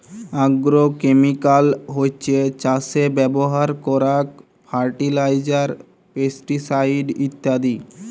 agrochemical হছ্যে চাসে ব্যবহার করারক ফার্টিলাইজার, পেস্টিসাইড ইত্যাদি